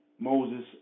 Moses